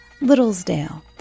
Littlesdale